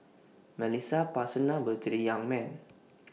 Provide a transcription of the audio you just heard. Melissa passed her number to the young man